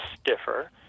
stiffer